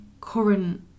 current